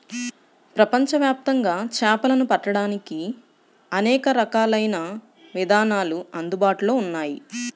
ప్రపంచవ్యాప్తంగా చేపలను పట్టడానికి అనేక రకాలైన విధానాలు అందుబాటులో ఉన్నాయి